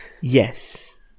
Yes